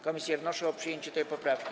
Komisje wnoszą o przyjęcie tej poprawki.